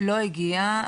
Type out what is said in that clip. לא הגיע.